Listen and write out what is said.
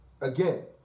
Again